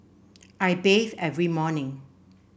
I bathe every morning